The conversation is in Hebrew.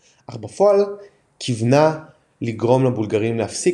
אך בפועל כוונה לגרום לבולגרים להפסיק